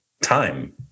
time